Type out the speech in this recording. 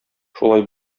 шулай